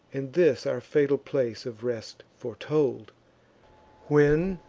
and this our fatal place of rest foretold when,